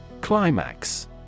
Climax